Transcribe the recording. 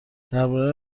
درباره